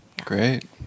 Great